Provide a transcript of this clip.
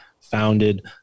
founded